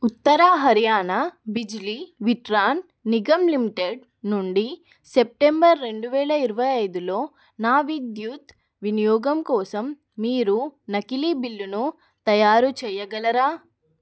ఉత్తర Haryana Bijli Vitran Nigam limited నుండి September రెండు వేల ఇరవై ఐదులో నా విద్యుత్ వినియోగం కోసం మీరు నకిలీ బిల్లును తయారు చెయ్యగలరా